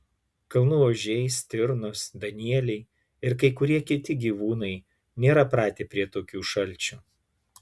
kalnų ožiai stirnos danieliai ir kai kurie kiti gyvūnai nėra pratę prie tokių šalčių